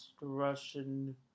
Russian